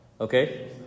okay